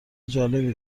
جالبی